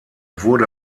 wurde